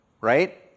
right